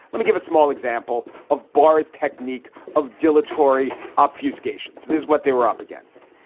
let me give a small example of barzeh technique of dilatory obfuscation. so this is what they were up against.